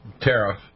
tariff